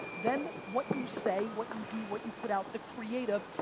then what you say, what you do, what you put out, the creative,